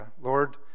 Lord